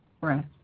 breath